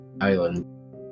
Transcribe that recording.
island